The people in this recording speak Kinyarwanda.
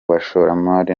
bashoramari